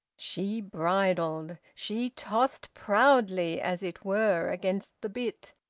she bridled. she tossed proudly as it were against the bit.